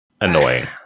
annoying